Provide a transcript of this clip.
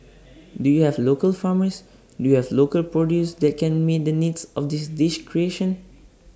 do you have local farmers do you have local produce that can meet the needs of this dish creation